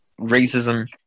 racism